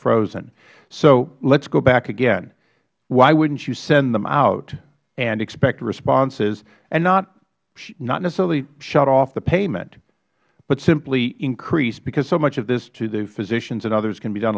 frozen so let us go back again why wouldn't you send them out and expect responses and not necessarily shut off the payment but simply increase because so much of this to the physicians and others can be done